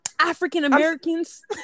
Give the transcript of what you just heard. African-Americans